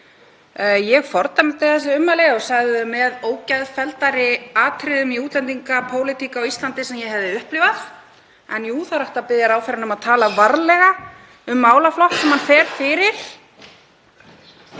Ég fordæmdi þessi ummæli og sagði þau með ógeðfelldari atriðum í útlendingapólitík á Íslandi sem ég hefði upplifað. En jú, það er hægt að biðja ráðherrann um að tala varlega um málaflokk sem hann fer fyrir.